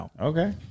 Okay